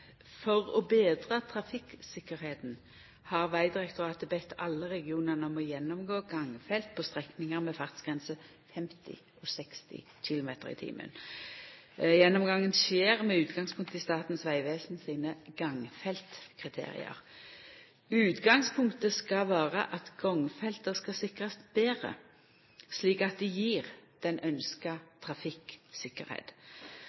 For å betra trafikkryggleiken har Vegdirektoratet bedt alle regionane om å gjennomgå gangfelt på strekningar med fartsgrense 50 og 60 km/t. Gjennomgangen skjer med utgangspunkt i Statens vegvesens handbok, «Gangfeltkriterier». Utgangspunktet skal vera at gangfelta skal sikrast betre, slik at dei gjev den